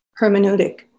hermeneutic